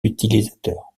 utilisateur